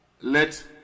let